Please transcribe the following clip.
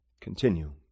continue